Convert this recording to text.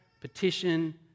petition